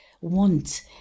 want